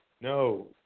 No